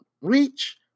reach